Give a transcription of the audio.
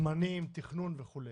זמנים, תכנון וכולי?